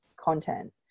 content